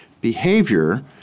behavior